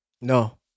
No